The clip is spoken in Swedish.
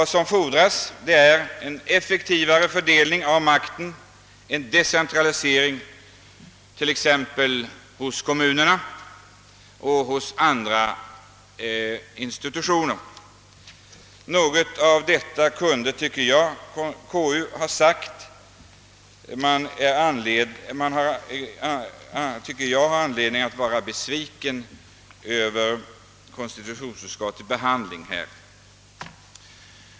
Det fordras en effektivare fördelning av makten, decentralisering inom t.ex. kommunerna och olika institutioner. Något av detta borde enligt min uppfattning konstitutionsutskottet ha anfört i sitt utlåtande, och man har anledning att vara besviken över utskottets behandling av motionerna.